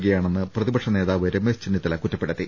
ക്കുകയാണെന്ന് പ്രതിപക്ഷനേതാവ് രമേശ് ചെന്നിത്തല കുറ്റപ്പെടുത്തി